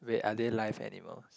wait are they live animals